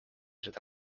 seda